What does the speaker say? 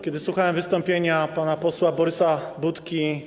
Kiedy słuchałem wystąpienia pana posła Borysa Budki.